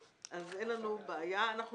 אם לא נצליח לבצע את זה,